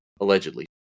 allegedly